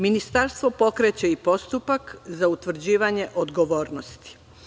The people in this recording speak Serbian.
Ministarstvo pokreće i postupak za utvrđivanje odgovornosti.